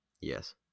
Yes